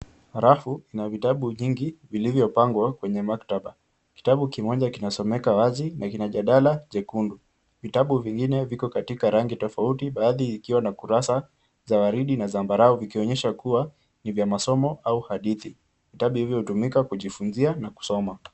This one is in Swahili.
Rafu na vitabu vingi vilivyopangwa kwenye maktaba. Kitabu kimoja kinasomeka wazi na kina jadala jekundu. Vitabu vingine viko katika rangi tofauti baadhi zikiwa na kurasa za waridi na zambarawe vikionyesha kuwa ni vya masomo au hadithi. Vitabu hivyo hutumika kujifunzia na kusoma.